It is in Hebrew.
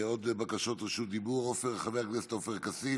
עוד בקשות לרשות דיבור: חבר הכנסת עופר כסיף,